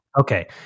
Okay